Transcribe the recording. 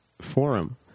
forum